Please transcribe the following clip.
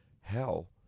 hell